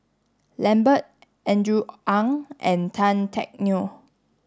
Lambert Andrew Ang and Tan Teck Neo